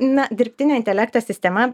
na dirbtinio intelekto sistema